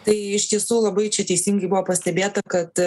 tai iš tiesų labai čia teisingai buvo pastebėta kad